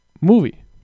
movie